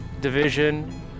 division